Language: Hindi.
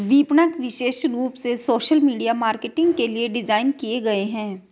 विपणक विशेष रूप से सोशल मीडिया मार्केटिंग के लिए डिज़ाइन किए गए है